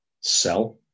sell